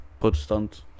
Protestant